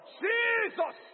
jesus